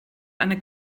eine